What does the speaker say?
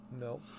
No